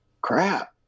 crap